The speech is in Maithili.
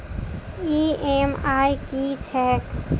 ई.एम.आई की छैक?